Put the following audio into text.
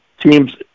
teams